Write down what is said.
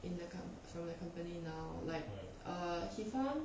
in the com~ for the company now like err he found